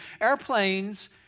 Airplanes